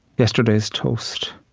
yesterday's toast,